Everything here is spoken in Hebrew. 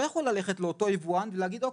לא יכול ללכת לאותו יבואן ולהגיד "אוקיי.